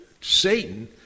Satan